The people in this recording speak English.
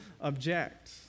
object